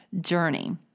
journey